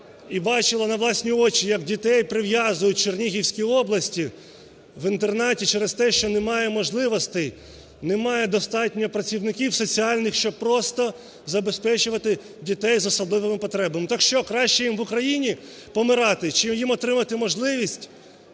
і бачила на власні очі, як дітей прив'язують в Чернігівській області в інтернаті через те, що немає можливості, немає достатньо працівників соціальних, щоб просто забезпечувати дітей з особливими потребами. Так що, краще їм в Україні помирати чи їм отримати можливість,